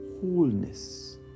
wholeness